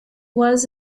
was